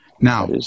Now